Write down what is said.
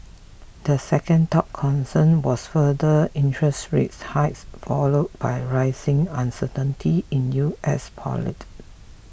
the second top concern was further interest rates hikes followed by rising uncertainty in U S politics